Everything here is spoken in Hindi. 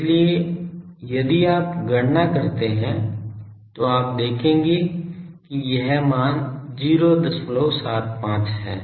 इसलिए यदि आप गणना करते हैं तो आप देखेंगे कि यह मान 075 है